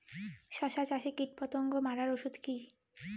শসা চাষে কীটপতঙ্গ মারার ওষুধ কি?